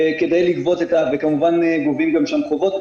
וכמובן גובים גם חובות.